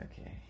Okay